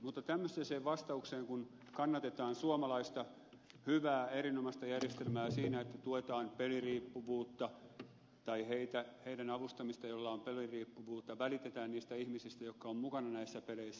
mutta tämmöisessä vastauksessa kannatetaan suomalaista hyvää erinomaista järjestelmää siinä että tuetaan niiden avustamista joilla on peliriippuvuutta välitetään niistä ihmisistä jotka ovat mukana näissä peleissä